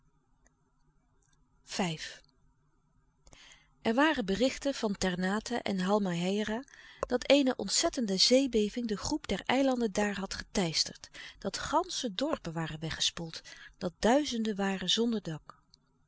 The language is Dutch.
er waren berichten van ternate en halmaheira dat eene ontzettende zeebeving de groep der eilanden daar had geteisterd dat gansche dorpen waren weggespoeld dat duizenden waren zonder dak